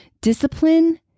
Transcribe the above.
discipline